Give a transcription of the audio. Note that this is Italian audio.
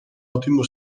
ottimo